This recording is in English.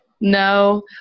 No